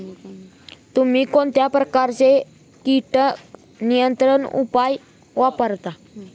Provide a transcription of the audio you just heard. तुम्ही कोणत्या प्रकारचे कीटक नियंत्रण उपाय वापरता?